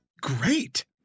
great